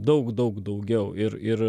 daug daug daugiau ir ir